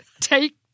take